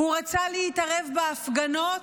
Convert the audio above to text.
הוא רצה להתערב בהפגנות,